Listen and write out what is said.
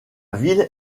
ville